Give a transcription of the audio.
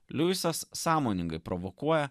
liuisas sąmoningai provokuoja